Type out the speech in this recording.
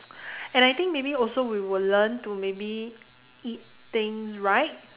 and I think maybe also we will learn to maybe eat things right